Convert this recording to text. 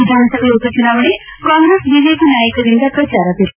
ವಿಧಾನಸಭೆ ಉಪಚುನಾವಣೆ ಕಾಂಗ್ರೆಸ್ ಬಿಜೆಪಿ ನಾಯಕರಿಂದ ಪ್ರಚಾರ ಬಿರುಸು